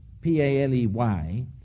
P-A-L-E-Y